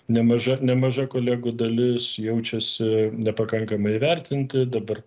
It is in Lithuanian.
nemaža nemaža kolegų dalis jaučiasi nepakankamai įvertinti dabar